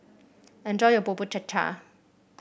enjoy your Bubur Cha Cha